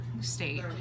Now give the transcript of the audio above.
state